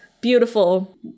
beautiful